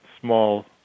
small